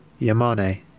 Yamane